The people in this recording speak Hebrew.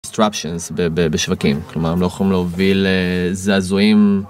בשווקים, כלומר, הם לא יכולים להוביל זעזועים.